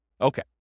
Okay